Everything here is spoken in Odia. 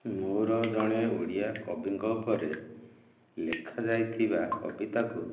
ମୋର ଜଣେ ଓଡ଼ିଆ କବିଙ୍କ ଉପରେ ଲେଖା ଯାଇଥିବା କବିତାକୁ